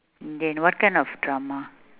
indian what kind of drama